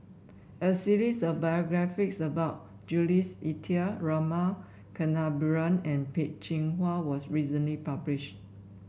a series of biographies about Jules Itier Rama Kannabiran and Peh Chin Hua was recently published